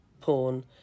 porn